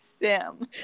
Sam